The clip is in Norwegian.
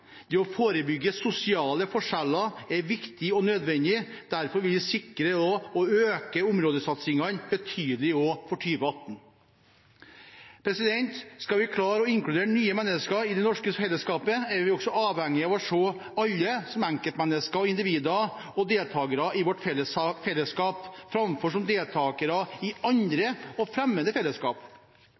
Det å forebygge sosiale forskjeller er viktig og nødvendig. Derfor vil vi sikre og øke områdesatsingene betydelig også for 2018. Skal vi klare å inkludere nye mennesker i det norske fellesskapet, er vi også avhengig av å se alle som enkeltmennesker og individer og deltakere i vårt fellesskap framfor som deltakere i andre og fremmede fellesskap.